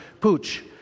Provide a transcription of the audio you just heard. Pooch